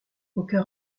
aucun